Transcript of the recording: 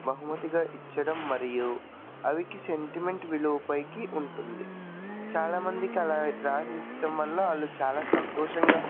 బహుమతిగా ఇచ్చడం మరియు అవికి సెంటిమెంట్ విలువ పైకి ఉంటుంది చాలామందికి అలారాసిచ్చటం వల్ల వాళ్లు చాలా సంతోషంగా